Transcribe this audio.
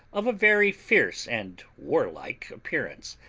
of a very fierce and warlike appearance.